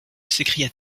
s’écria